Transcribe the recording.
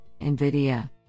NVIDIA